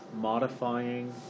modifying